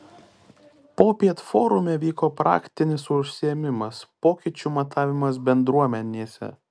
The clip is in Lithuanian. popiet forume vyko praktinis užsiėmimas pokyčių matavimas bendruomenėse